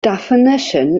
definition